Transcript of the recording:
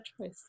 choice